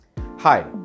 Hi